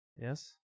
yes